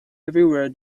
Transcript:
everywhere